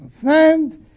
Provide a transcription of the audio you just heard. friends